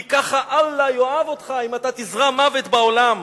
כי ככה אללה יאהב אותך, אם אתה תזרע מוות בעולם.